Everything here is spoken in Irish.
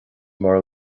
mar